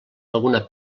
alguna